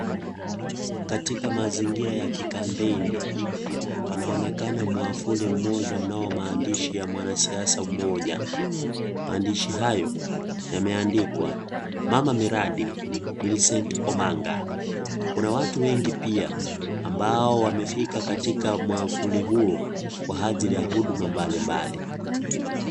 Katika mazingira ya kikampeini, panaonekana mwavuli mmoja unao maandishi ya mwanasiasa mmoja. Mandishi hayo yameandikwa, mama miradi, Millicent Omanga. Kuna watu wengi pia ,ambao wamefika katika mwavuli huo kwa ajiri ya huduma mbalimbali.